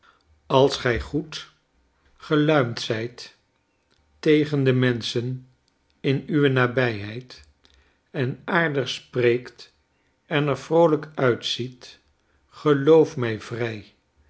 als gij goed geluimd zijt tegen de menschen in uwe nabijheid en aardig spreekt en er vroolijk uitziet geloof mij vrij